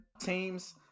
teams